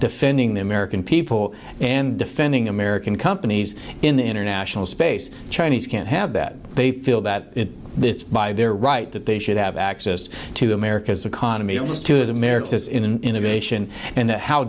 defending the american people and defending america companies in the international space chinese can't have that they feel that it's by their right that they should have access to america's economy almost to the merits in innovation